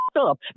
up